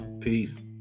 Peace